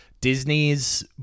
Disney's